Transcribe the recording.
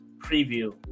preview